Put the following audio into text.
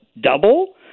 double